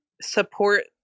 support